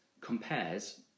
compares